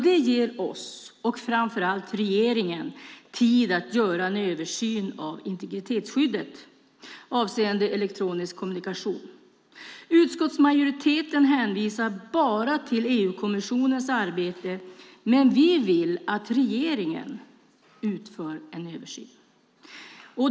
Det ger oss, och framför allt regeringen, tid att göra en översyn av integritetsskyddet avseende elektronisk kommunikation. Utskottsmajoriteten hänvisar bara till EU-kommissionens arbete. Men vi vill att regeringen utför en översyn.